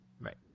Right